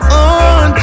on